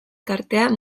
tartea